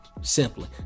simply